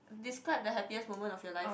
describe the happiest moment of your life